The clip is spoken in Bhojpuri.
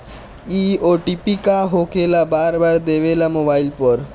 इ ओ.टी.पी का होकेला बार बार देवेला मोबाइल पर?